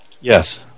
Yes